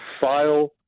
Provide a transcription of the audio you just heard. file